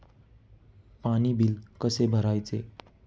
पाणी बिल कसे भरायचे?